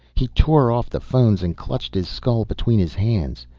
he tore off the phones, and clutched his skull between his hands.